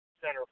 center